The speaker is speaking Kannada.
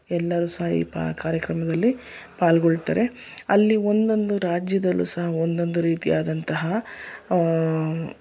ಎಲ್ಲರೂ ಸಹ ಈ ಕಾರ್ಯಕ್ರಮದಲ್ಲಿ ಪಾಲುಗೊಳ್ತಾರೆ ಅಲ್ಲಿ ಒಂದೊಂದು ರಾಜ್ಯದಲ್ಲೂ ಸಹ ಒಂದೊಂದು ರೀತಿಯಾದಂತಹ